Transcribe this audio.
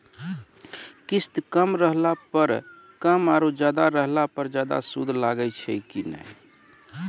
किस्त कम रहला पर कम और ज्यादा रहला पर ज्यादा सूद लागै छै कि नैय?